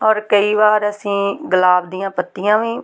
ਔਰ ਕਈ ਵਾਰ ਅਸੀਂ ਗੁਲਾਬ ਦੀਆਂ ਪੱਤੀਆਂ ਵੀ